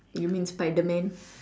you mean spiderman